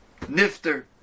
Nifter